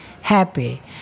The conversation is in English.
happy